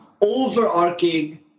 overarching